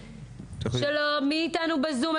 שלום למי איתנו בזום.